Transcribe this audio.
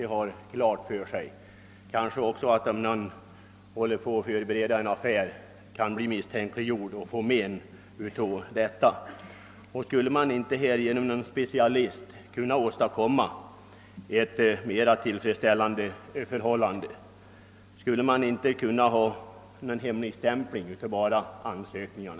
En person som förbereder en affär och genom en sådan här publicering får sin ekonomiska ställning misstänkliggjord kan därför skadas allvarligt i sin verksamhet. En expert borde få klarlägga förutsättningarna att åstadkomma mer tillfredsställande förhållanden. Skulle det exempelvis inte vara möjligt att hemligstämpla ansökningshandlingarna?